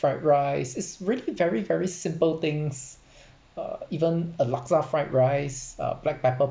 fried rice it's really very very simple things uh even a laksa fried rice uh black pepper